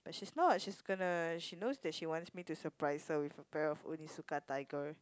she's not she's gonna she knows that she wants me to surprise her with a pair of Onitsuka-Tiger